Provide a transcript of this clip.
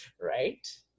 right